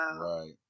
Right